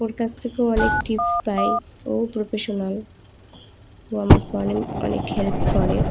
ওর কাছ থেকেও অনেক টিপস পায় ও প্রফেশনাল ও আমাকে অনেক অনেক হেল্প করে